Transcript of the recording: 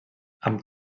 amb